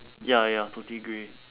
ya ya totally grey